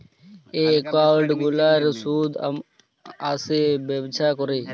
ই account গুলার সুদ আসে ব্যবছা ক্যরে